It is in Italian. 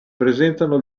presentano